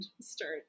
start